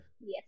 Yes